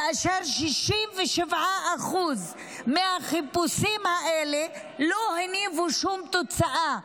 כאשר 67% מהחיפושים האלה לא הניבו שום תוצאה.